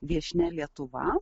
viešnia lietuva